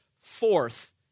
fourth